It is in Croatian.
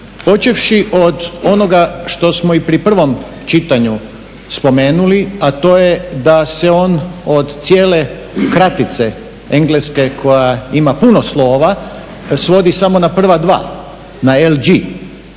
počevši od onoga što smo i pri prvom čitanju spomenuli, a to je da se on od cijele kratice engleske koja ima puno slova svodi samo na prva dva, na LG,